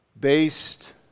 based